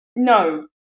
No